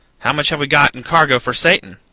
how much have we got in cargo for satan?